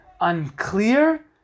unclear